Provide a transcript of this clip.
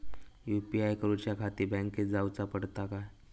UPI करूच्याखाती बँकेत जाऊचा पडता काय?